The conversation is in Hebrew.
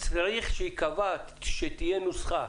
צריך שתהיה נוסחה